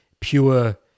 pure